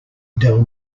del